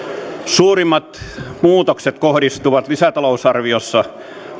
suurimmat muutokset kohdistuvat lisätalousarviossa